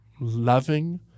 loving